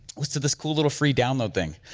was to this cool little free download thing.